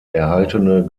erhaltene